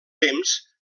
temps